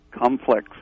complex